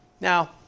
Now